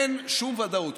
אין שום ודאות.